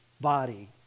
body